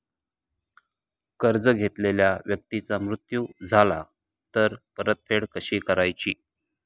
कर्ज घेतलेल्या व्यक्तीचा मृत्यू झाला तर परतफेड कशी करायची?